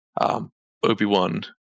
Obi-Wan